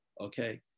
okay